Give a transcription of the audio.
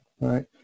Right